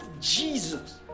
Jesus